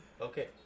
Okay